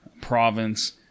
province